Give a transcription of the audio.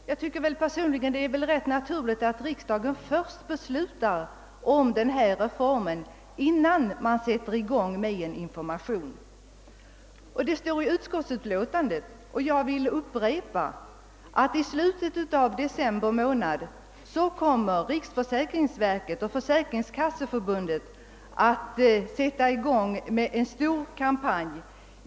Jag tycker personligen att det är rätt naturligt att riksdagen först beslutar denna reform, innan man sätter i gång med information. Det står i utskottsutlåtandet, och jag vill upprepa det, att riksförsäkringsverket och Försäkringskasseförbundet kommer att i slutet av december månad starta en stor informationskampanj.